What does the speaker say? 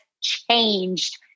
changed